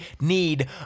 need